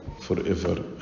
forever